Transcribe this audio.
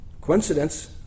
coincidence